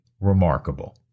remarkable